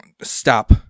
Stop